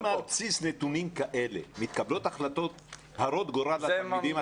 אם על בסיס נתונים כאלה מתקבלות החלטות הרות גורל לתלמידים,